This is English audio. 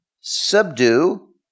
subdue